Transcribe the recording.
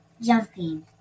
Jumping